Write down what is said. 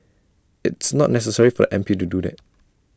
it's not necessary for the M P to do that